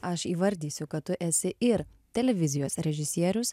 aš įvardysiu kad tu esi ir televizijos režisierius